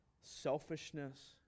selfishness